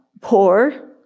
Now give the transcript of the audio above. poor